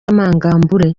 amangambure